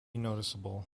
noticeable